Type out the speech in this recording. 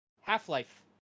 Half-Life